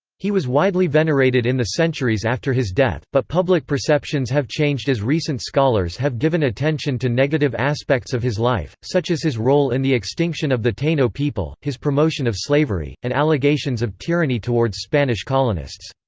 he was widely venerated in the centuries after his death, but public perceptions have changed as recent scholars have given attention to negative aspects of his life, such as his role in the extinction of the taino people, his promotion of slavery, and allegations of tyranny towards spanish colonists.